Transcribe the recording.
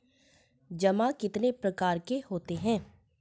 जमा कितने प्रकार के होते हैं?